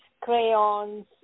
crayons